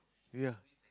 ya